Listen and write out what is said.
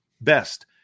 best